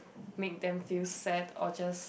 make them feel sad or just